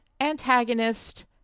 antagonist